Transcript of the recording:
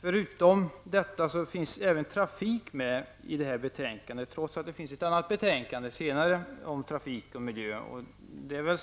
Förutom allt detta behandlas även trafikfrågor i betänkandet, trots att ett annat betänkande om trafik och miljö senare kommer att debatteras.